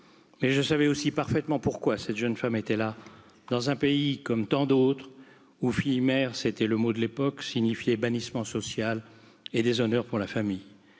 mais je savais aussi parfaitement pourquoi cette jeune femme était là dans un pays comme tant d'autres où fille mère, c'était le mot de l'époque signifiait bannissement social et pour la famille où